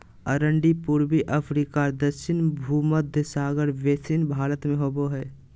अरंडी पूर्वी अफ्रीका दक्षिण भुमध्य सागर बेसिन भारत में होबो हइ